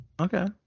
okay